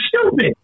stupid